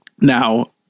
now